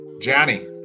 Johnny